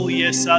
yes